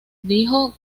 dijo